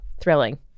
Thrilling